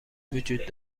وجود